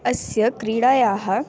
अस्य क्रीडायाः